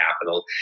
capital